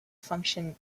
function